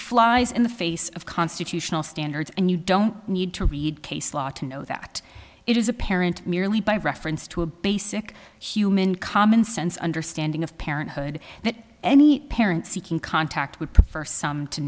flies in the face of constitutional standards and you don't need to read case law to know that it is apparent merely by reference to a basic human commonsense understanding of parenthood that any parent seeking contact would prefer some to